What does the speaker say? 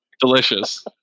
Delicious